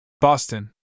Boston